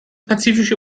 pazifische